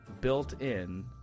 built-in